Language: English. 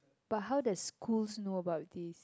but how the schools know about this